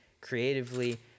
creatively